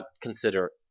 consider